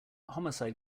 homicide